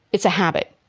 it's a habit,